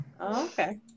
Okay